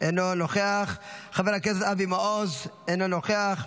אינו נוכח, חבר הכנסת אבי מעוז, אינו נוכח.